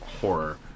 horror